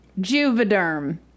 juvederm